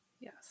Yes